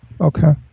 Okay